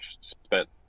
spent